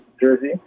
Jersey